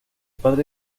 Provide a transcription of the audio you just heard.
padre